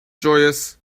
joyous